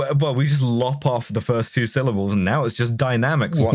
ah but we just lop off the first two syllables and now it's just dynamics,